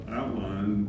outline